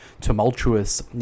tumultuous